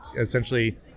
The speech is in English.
essentially